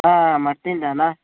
ಹಾಂ ಮಠದಿಂದನಾ